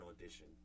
audition